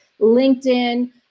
LinkedIn